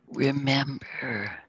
Remember